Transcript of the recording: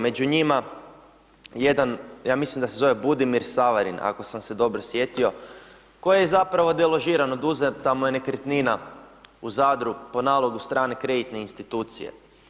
Među njima, jedan ja mislim da se zove Budimir Savarin, ako sam se dobro sjetio, koji je zapravo deložiran, oduzeta mu je nekretnina u Zadru po nalogu strane kreditne institucije.